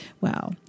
Wow